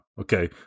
Okay